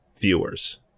viewers